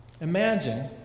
imagine